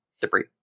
debris